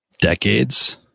decades